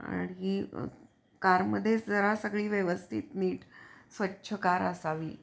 आणखी कारमध्येच जरा सगळी व्यवस्थित नीट स्वच्छ कार असावी